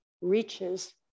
reaches